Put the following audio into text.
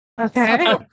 Okay